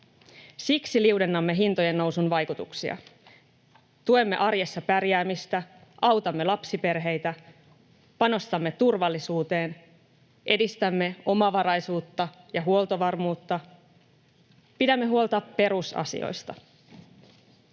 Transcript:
Siksi liudennamme hintojen nousun vaikutuksia. Tuemme arjessa pärjäämistä, autamme lapsiperheitä, panostamme turvallisuuteen. Edistämme omavaraisuutta ja huoltovarmuutta. Pidämme huolta perusasioista.